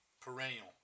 Perennial